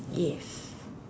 yes